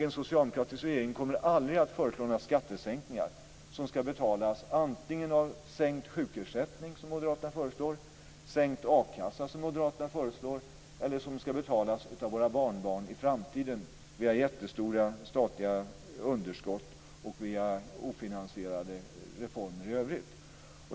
En socialdemokratisk regering kommer aldrig att föreslå några skattesänkningar som ska betalas antingen av sänkt sjukersättning, som moderaterna föreslår, sänkt a-kassa, som moderaterna föreslår, eller av våra barnbarn i framtiden via jättestora statliga underskott och via ofinansierade reformer i övrigt.